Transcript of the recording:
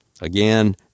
Again